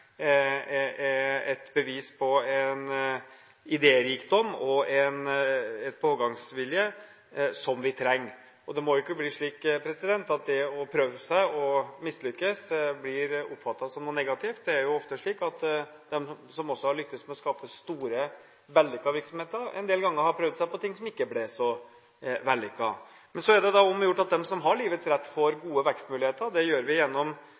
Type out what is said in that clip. er et bevis på idérikdom og pågangsvilje, som vi trenger. Det må jo ikke bli slik at det å prøve seg og mislykkes blir oppfattet som noe negativt. Det er jo ofte slik at de som har lyktes med å skape store, vellykkede virksomheter, en del ganger har prøvd seg på ting som ikke ble så vellykket. Men så er det om å gjøre at de som har livets rett, får gode vekstmuligheter. Det gjør vi ikke bare gjennom